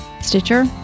stitcher